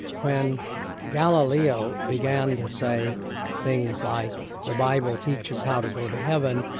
when galileo began to say things like, the bible teaches how to go to heaven,